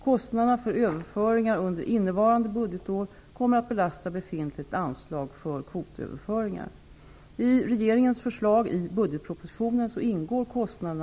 Kostnaderna för överföringar under innevarande budgetår kommer att belasta befintligt anslag för kvotöverföringar.